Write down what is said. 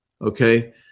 Okay